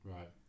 Right